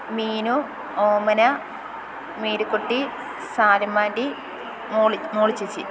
Meenu Omana Marykutty Saramma aunty Molly Molly ചേച്ചി